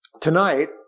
Tonight